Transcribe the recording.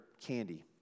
candy